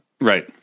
Right